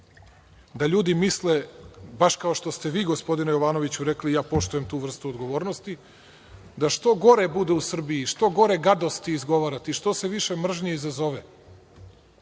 da ljudi misle, baš kao što ste vi gospodine Jovanoviću rekli, ja poštujem tu vrstu odgovornosti, da što gore bude u Srbiji, što gore gadosti izgovarate i što više mržnje izazove,